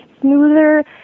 smoother